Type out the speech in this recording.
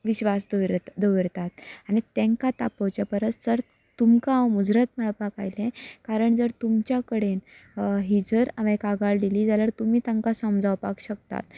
स्विगीचेर खूब विश्वास दवर दवरतात आनी तांकां तापोवचे परस सर तुमकां हांव मुजरत मेळपाक आयलें कारण जर तुमच्या कडेन ही जर हांवें कागाळ दिली जाल्यार तुमी तांकां समजावपाक शकता